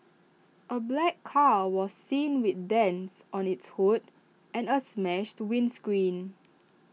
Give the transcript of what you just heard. A black car was seen with dents on its hood and A smashed windscreen